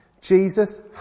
Jesus